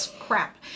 crap